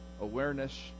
awareness